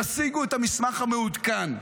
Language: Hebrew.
תשיגו את המסמך המעודכן.